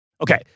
Okay